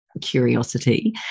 curiosity